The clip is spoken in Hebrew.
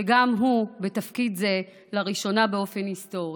שגם הוא בתפקיד זה לראשונה באופן היסטורי.